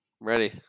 ready